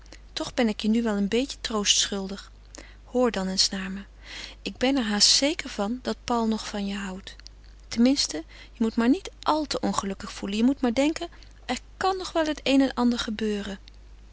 toch ben ik je nog een beetje troost schuldig hoor dan eens naar me ik ben er haast zeker van dat paul nog van je houdt ten minste je moet je maar niet al te ongelukkig voelen je moet maar denken er kan nog wel het een en ander gebeuren